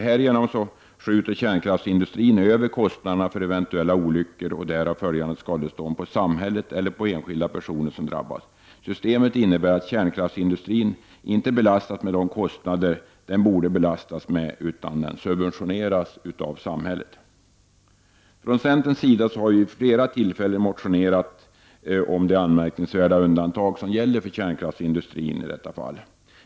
Härigenom skjuter kärnkraftsindustrin över kostnaderna för eventuella olyckor och därav följande skadestånd på samhället eller på de enskilda personer som drabbas. Systemet innebär att kärnkraftsindustrin inte belastas med de kostnader som den borde belastas med, utan subventioneras av samhället. Centern har vid flera tillfällen motionerat om det anmärkningsvärda undantag som gäller för kärnkraftsindustrin i detta fall.